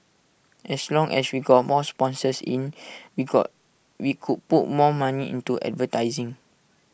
as long as we got more sponsors in we got we could put more money into advertising